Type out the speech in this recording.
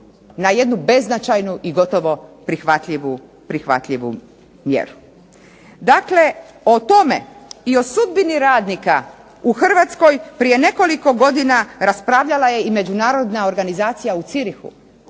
na jednu beznačajnu i gotovo prihvatljivu mjeru. Dakle, o tome i o sudbini radnika u Hrvatskoj prije nekoliko godina raspravljala je i međunarodna organizacija u Zürichu